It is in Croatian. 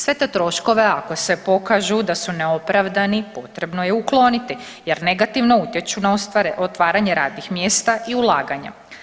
Sve te troškove ako se pokažu da su neopravdani potrebno je ukloniti jer negativno utječu na otvaranje radnih mjesta i ulaganja.